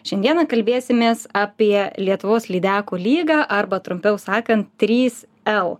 šiandien kalbėsimės apie lietuvos lydekų lygą arba trumpiau sakan trys l